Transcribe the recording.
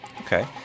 Okay